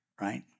right